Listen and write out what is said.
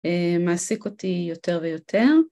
מעסיק אותי יותר ויותר.